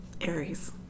Aries